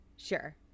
Sure